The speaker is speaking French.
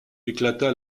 éclata